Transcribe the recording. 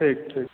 ठीक ठीक